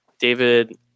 David